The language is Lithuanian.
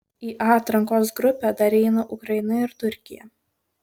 į a atrankos grupę dar įeina ukraina ir turkija